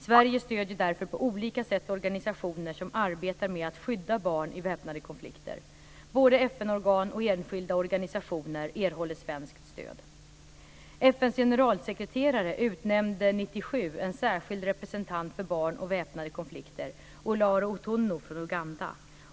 Sverige stöder därför på olika sätt organisationer som arbetar med att skydda barn i väpnade konflikter. Både FN-organ och enskilda organisationer erhåller svenskt stöd. FN:s generalsekreterare utnämnde 1997 en särskild representant för barn och väpnade konflikter, Olara Otunnu från Uganda.